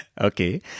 Okay